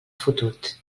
fotut